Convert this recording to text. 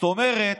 זאת אומרת